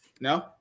No